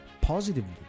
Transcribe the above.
positively